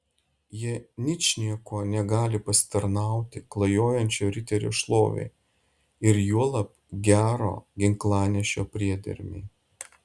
jie ničniekuo negali pasitarnauti klajojančio riterio šlovei ir juolab gero ginklanešio priedermei